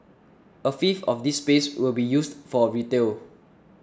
a fifth of this space will be used for retail